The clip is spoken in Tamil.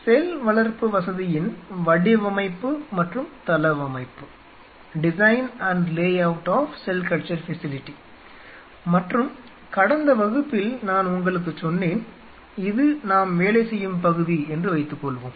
செல் வளர்ப்பு வசதியின் வடிவமைப்பு மற்றும் தளவமைப்பு மற்றும் கடந்த வகுப்பில் நான் உங்களுக்குச் சொன்னேன் இது நாம் வேலை செய்யும் பகுதி என்று வைத்துக்கொள்வோம்